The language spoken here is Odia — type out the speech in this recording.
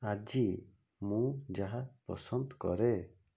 ଆଜି ମୁଁ ଯାହା ପସନ୍ଦ କରେ